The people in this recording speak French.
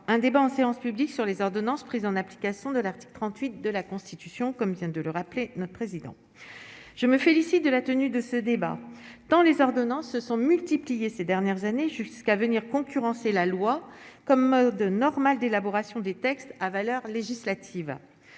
un débat en séance publique sur les ordonnances prises en application de l'article 38 de la Constitution, comme vient de le rappeler notre président, je me félicite de la tenue de ce débat dans les ordonnances se sont multipliées ces dernières années, jusqu'à venir concurrencer la loi comme de normal d'élaboration des textes à valeur législative,